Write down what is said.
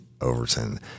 Overton